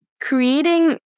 creating